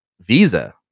Visa